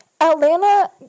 Atlanta